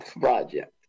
project